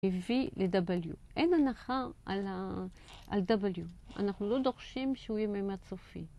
ה-V ל-W. אין הנחה על W. אנחנו לא דורשים שהוא יהיה מימד סופי.